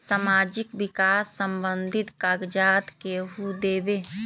समाजीक विकास संबंधित कागज़ात केहु देबे?